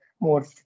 more